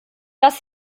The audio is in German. dass